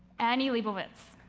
annie leibovitz.